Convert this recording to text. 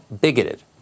bigoted